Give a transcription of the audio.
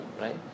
right